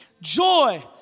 joy